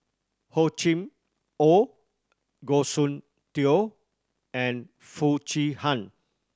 Hor Chim Or Goh Soon Tioe and Foo Chee Han